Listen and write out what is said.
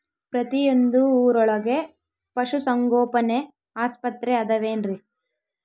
ಪ್ರತಿಯೊಂದು ಊರೊಳಗೆ ಪಶುಸಂಗೋಪನೆ ಆಸ್ಪತ್ರೆ ಅದವೇನ್ರಿ?